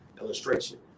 illustration